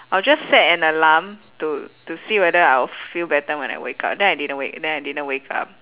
I'll just set an alarm to to see whether I'll feel better when I wake up then I didn't wake then I didn't wake up